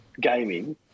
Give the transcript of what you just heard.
gaming –